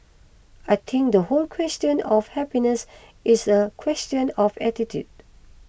I think the whole question of happiness is a question of attitude